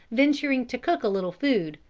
venturing to cook a little food,